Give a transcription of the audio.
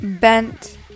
bent